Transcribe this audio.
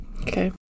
okay